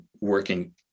working